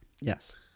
Yes